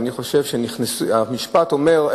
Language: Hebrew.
המשפט אומר,